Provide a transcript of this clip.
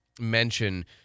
mention